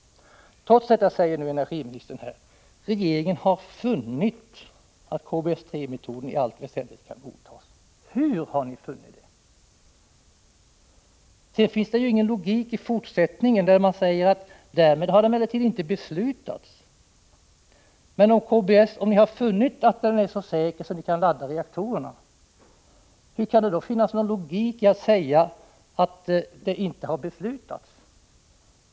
Trots det säger energiministern att regeringen har funnit att KBS 3-metoden i allt väsentligt kan godtas. Hur har ni funnit det? Sedan finns det ingen logik i fortsättningen av svaret, där ni säger att ingenting har beslutats om förvaringen. Om ni har funnit att KBS-metoden är så säker att ni kan ladda reaktorerna, då finns det ju ingen logik i att inte kunna fatta beslut om förvaringen.